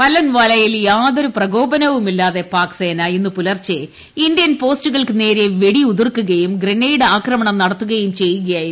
പല്ലൻവാലയിൽ യാതൊരു പ്രകോപനവുമില്ലാതെ പാക് സേന ഇന്ന് പുലർച്ചെ ഇന്ത്യൻ പോസ്റ്റുകൾക്കു നേരെ വെടിയുതിർക്കുകയും ഗ്രേന്നൈഡ് ആക്രമണം നടത്തുകയും ചെയ്യുകയായിരുന്നു